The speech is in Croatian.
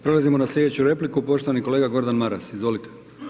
Prelazimo na sljedeću repliku, poštovani kolega Gordan Maras, izvolite.